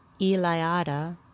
Eliada